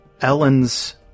Ellen's